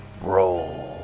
roll